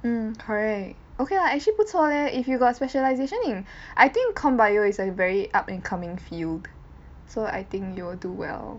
mm correct okay lah actually 不错 leh if you got specialisation in I think comp bio is a very up and coming field so I think you will do well